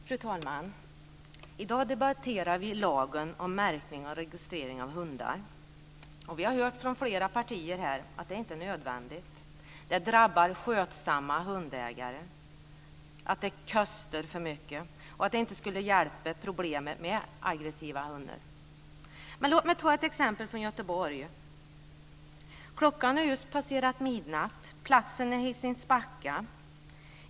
Fru talman! I dag debatterar vi lagen om märkning och registrering av hundar. Vi har hört från flera partier att det inte är nödvändigt, att det drabbar skötsamma hundägare, att det kostar för mycket och att det inte skulle hjälpa problemet med aggressiva hundar. Men låt mig ta ett exempel från Göteborg. Klockan har just passerat midnatt. Platsen är Hisings Backa.